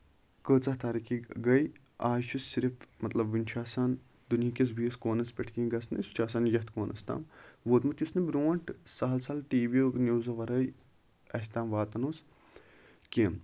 کۭژاہ ترقی گٔے آز چھُ صرف مطلب ؤنۍ چھُ آسان دُنیاہکِس بیٚیِس کوٗنَس پٮ۪ٹھ کیٚنہہ گژھنَے سُہ چھُ آسان یَتھ کوٗنَس تام ووٚتمُت یُس نہٕ برونٹھ سَہل سَہل ٹی ویو نِوزو وَرٲے اَسہِ تام واتان اوس کیٚنہہ